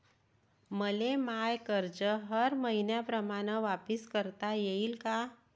मले माय कर्ज हर मईन्याप्रमाणं वापिस करता येईन का?